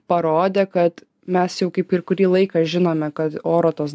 parodė kad mes jau kaip ir kurį laiką žinome kad oro tos